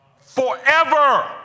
Forever